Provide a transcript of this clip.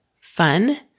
fun